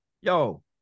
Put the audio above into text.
Yo